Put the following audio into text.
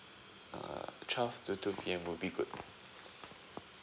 err twelve to two P_M would be good